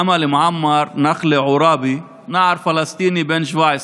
אמל מועמר נחלה עוראבי, נער פלסטיני בן 17,